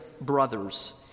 brothers